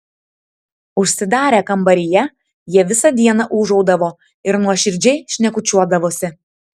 užsidarę kambaryje jie visą dieną ūžaudavo ir nuoširdžiai šnekučiuodavosi